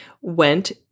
went